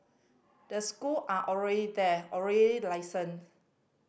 the school are already there already licensed